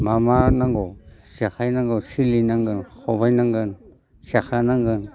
मा मा नांगौ जेखाइ नांगौ सिलि नांगौ खबाइ नांगोन सेखा नांगोन